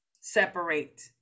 separate